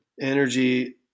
energy